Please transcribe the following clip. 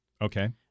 Okay